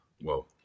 Whoa